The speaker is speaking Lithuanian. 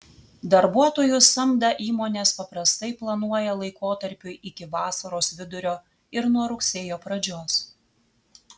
darbuotojų samdą įmonės paprastai planuoja laikotarpiui iki vasaros vidurio ir nuo rugsėjo pradžios